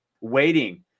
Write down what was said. waiting